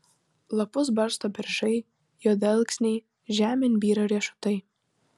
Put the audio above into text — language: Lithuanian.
lapus barsto beržai juodalksniai žemėn byra riešutai